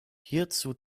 hierzu